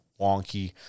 wonky